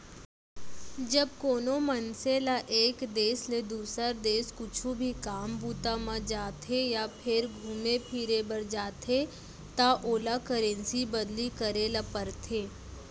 जब कोनो मनसे ल एक देस ले दुसर देस कुछु भी काम बूता म जाथे या फेर घुमे फिरे बर जाथे त ओला करेंसी बदली करे ल परथे